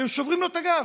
והם שוברים לו את הגב,